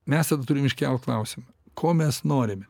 mes turime iškelt klausimą ko mes norime